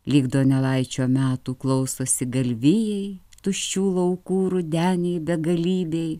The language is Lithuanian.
lyg donelaičio metų klausosi galvijai tuščių laukų rudeniai begalybėj